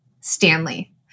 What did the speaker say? Stanley